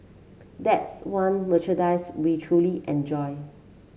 that's one merchandise we truly enjoy